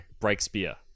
Breakspear